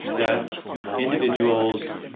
that's individuals